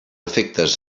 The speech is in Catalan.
efectes